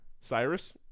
Cyrus